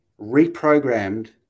reprogrammed